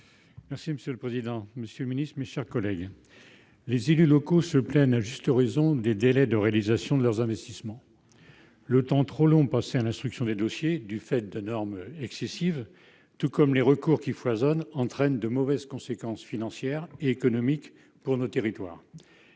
monsieur le secrétaire d'État, mes chers collègues, les élus locaux de tous bords se plaignent à juste raison des délais de réalisation de leurs investissements. Le temps trop long passé à l'instruction des dossiers, du fait de l'excès de normes ou des recours qui foisonnent entraînent de mauvaises conséquences financières et économiques pour nos territoires.